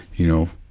you know,